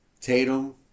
Tatum